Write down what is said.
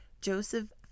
Joseph